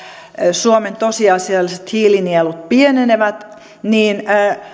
suomen tosiasialliset hiilinielut pienenevät niin